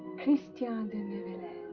christian de neuvillette.